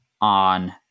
on